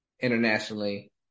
internationally